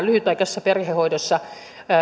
lyhytaikaisessa perhehoidossa voidaan